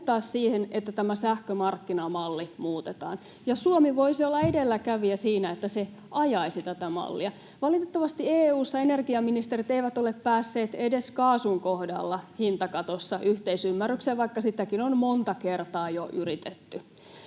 siihen, että tämä sähkömarkkinamalli muutetaan, ja Suomi voisi olla edelläkävijä siinä, että se ajaisi tätä mallia. Valitettavasti EU:ssa energiaministerit eivät ole päässeet edes kaasun kohdalla hintakatossa yhteisymmärrykseen, vaikka sitäkin on monta kertaa jo yritetty.